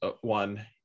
one